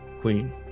Queen